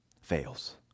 fails